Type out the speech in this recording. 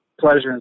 pleasure